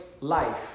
life